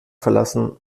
verlassen